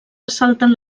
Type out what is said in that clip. ressalten